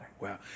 Wow